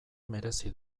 merezi